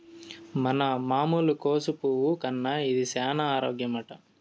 మన మామూలు కోసు పువ్వు కన్నా ఇది సేన ఆరోగ్యమట